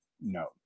no